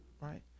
right